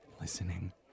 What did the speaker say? listening